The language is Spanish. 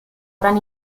gran